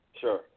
Sure